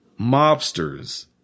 Mobsters